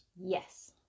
yes